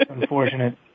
Unfortunate